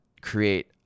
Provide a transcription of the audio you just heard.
create